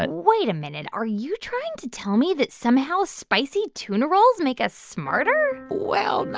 but wait a minute. are you trying to tell me that somehow, spicy tuna rolls make us smarter? well,